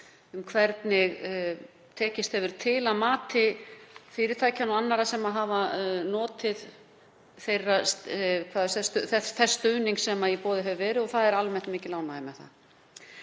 um hvernig tekist hefur til að mati fyrirtækjanna og annarra sem hafa notið þess stuðnings sem í boði hefur verið. Það er almennt mikil ánægja með það.